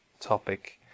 topic